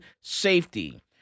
safety